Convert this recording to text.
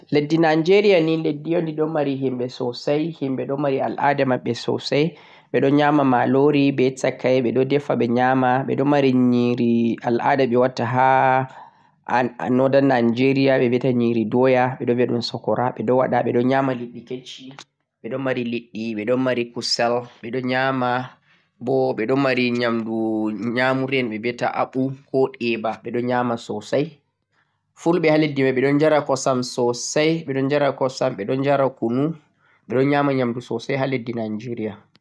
leddi Nigeria ni leddi un de ɗon mari himɓe sosai, himɓe ɗo mari al'ada maɓɓe sosai, ɓe ɗon nyama malori be takai, ɓe defa ɓe nyama, ɓe ɗon mari nyiri al'ada ɓe watta ha northern Nigeria. ɓe viyata nyiri doya ɓe ɗon viya ɗum sokora, ɓe ɗon waɗa, ɓe ɗon nyama liɗɗi kecci, ɓe ɗon mari liɗɗi, ɓe ɗon mari kusel, ɓe ɗon nyama bo ɓe ɗon mari nyamdu nyamuri en ɓe viyata aɓu ko eba, ɓe ɗon nyama sosai, fulɓe ha leddi mai ɓe ɗon jara kosam sosai, ɓe ɗon jara kosam, ɓe ɗon jara kunu, ɓe ɗon nyama nyamdu ha leddi Nigeria.